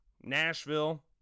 nashville